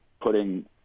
putting